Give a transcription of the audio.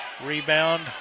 Rebound